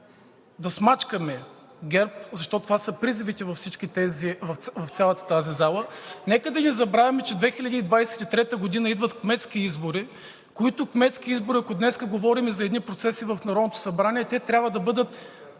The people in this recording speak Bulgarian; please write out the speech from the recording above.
да смачкаме ГЕРБ, защото това са призивите в цялата тази зала – нека да не забравяме, че през 2023 г. идват кметски избори, които кметски избори, ако днес говорим за едни процеси в Народното събрание, те трябва да бъдат